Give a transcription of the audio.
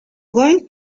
going